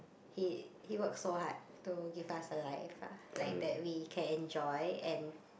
he he works so hard to give us a life lah like that we can enjoy and